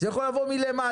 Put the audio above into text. זה יכול לבוא מלמטה,